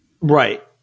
right